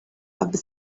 have